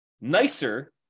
nicer